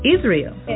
Israel